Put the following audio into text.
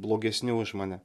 blogesni už mane